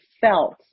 felt